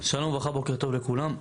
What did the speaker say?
שלום וברכה, בוקר טוב לכולם.